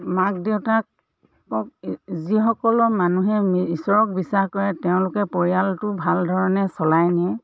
মাক দেউতাকক যিসকলৰ মানুহে ঈশ্বৰক বিশ্বাস কৰে তেওঁলোকে পৰিয়ালটো ভাল ধৰণে চলাই নিয়ে